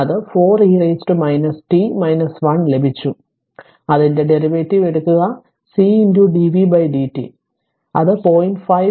അത് 4e t 1 ലഭിച്ചു അതിന്റെ ഡെറിവേറ്റീവ് എടുക്കുക C dvdt